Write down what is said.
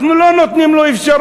אנחנו לא נותנים לו אפשרות,